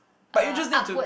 but you just need to